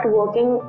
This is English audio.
working